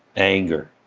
anger,